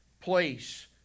place